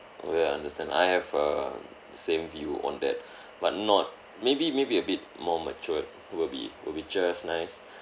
oh ya I understand I have err same view on that but not maybe maybe a bit more matured will be will be just nice